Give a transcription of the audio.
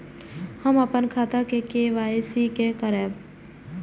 हम अपन खाता के के.वाई.सी के करायब?